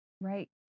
right